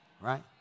Right